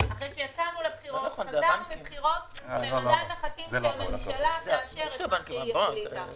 והם עדיין מחכים שהממשלה תאשר את מה שהחליטה.